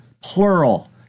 plural